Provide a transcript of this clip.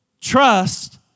Trust